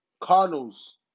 Cardinals